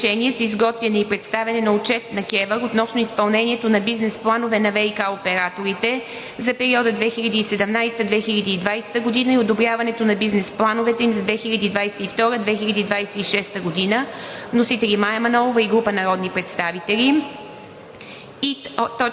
Проект на решение за изготвяне и представяне на отчет на КЕВР относно изпълнението на бизнес планове на ВиК операторите за периода 2017 – 2020 г. и одобряването на бизнес плановете им за 2022 – 2026 г. Вносители – Мая Манолова и група народни представители,